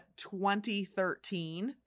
2013